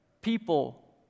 People